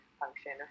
function